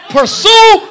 Pursue